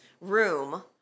room